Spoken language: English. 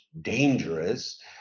dangerous